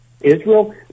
Israel